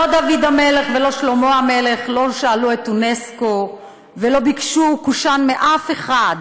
לא דוד המלך ולא שלמה המלך לא שאלו את אונסק"ו ולא ביקשו קושאן מאף אחד,